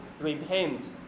repent